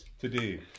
today